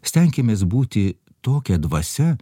stenkimės būti tokia dvasia